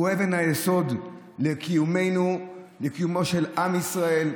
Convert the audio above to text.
היא אבן היסוד לקיומנו, לקיומו של עם ישראל,